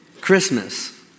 Christmas